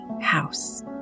house